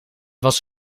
was